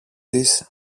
της